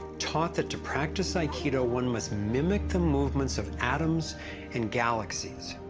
talked that to practice aikido, one must mimic the movement of atoms and galaxies.